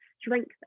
strength